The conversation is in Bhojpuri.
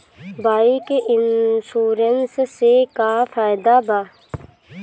बाइक इन्शुरन्स से का फायदा बा?